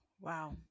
Wow